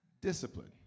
Discipline